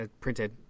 printed